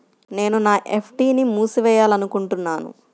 నేను నా ఎఫ్.డీ ని మూసివేయాలనుకుంటున్నాను